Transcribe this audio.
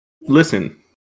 Listen